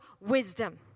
wisdom